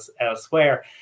elsewhere